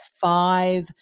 five